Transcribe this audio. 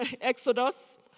Exodus